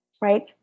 right